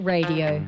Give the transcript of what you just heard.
Radio